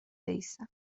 بایستم